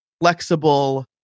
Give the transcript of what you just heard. flexible